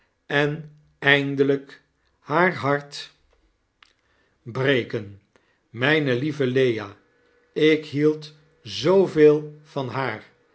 en eindelijk haar hart nog breken mljne lieve lea ik hield zooveel van haar